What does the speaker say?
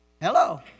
Hello